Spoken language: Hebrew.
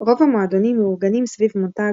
רוב המועדונים מאורגנים סביב מותג,